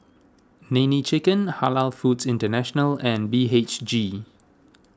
Nene Chicken Halal Foods International and B H G